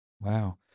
wow